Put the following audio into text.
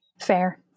Fair